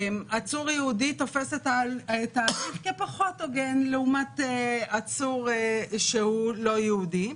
עצור יהודי תופס את ההליך כפחות הוגן לעומת עצור שהוא לא יהודי.